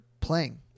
playing